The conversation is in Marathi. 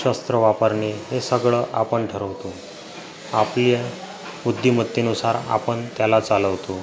शस्त्र वापरणे हे सगळं आपण ठरवतो आपल्या बुद्धिमत्तेनुसार आपण त्याला चालवतो